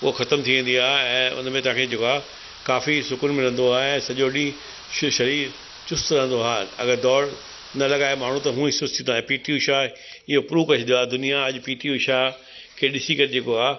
उहो ख़तम थी वेंदी आहे ऐं उन में तव्हांखे जेको आहे काफ़ी सुकूनु मिलंदो आहे ऐं सॼो ॾींहुं शरीरु चुस्त रहंदो आहे अगरि दौड़ न लॻाए माण्हू त हुअं सुस्ती त आहे पीटी उषा इहो प्रूफ करे छॾियो आहे दुनिया अॼु पीटी उषा खे ॾिसी करे जेको आहे